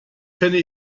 kenne